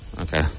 Okay